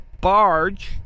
barge